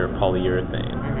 polyurethane